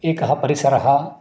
एकः परिसरः